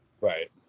right